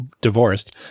divorced